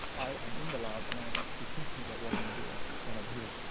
i am in the lab and i am actually thinking about what i'm doing when i'm here.